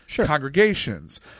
congregations